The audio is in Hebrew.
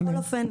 בכל אופן,